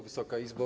Wysoka Izbo!